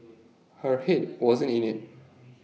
her Head wasn't in IT